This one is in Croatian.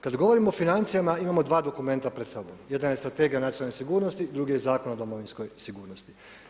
Kada govorimo o financijama imamo dva dokumenta pred sobom, jedan je Strategija nacionalne sigurnosti, drugi je Zakon o domovinskoj sigurnosti.